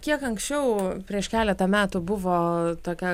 kiek anksčiau prieš keletą metų buvo tokia